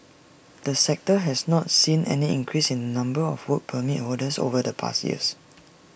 the sector has not seen any increase in the number of Work Permit holders over the past years